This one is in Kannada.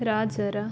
ರಾಜರ